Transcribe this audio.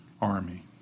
army